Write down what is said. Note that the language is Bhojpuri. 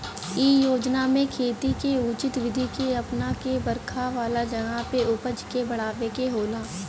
इ योजना में खेती के उचित विधि के अपना के बरखा वाला जगह पे उपज के बढ़ावे के होला